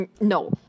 no